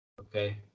Okay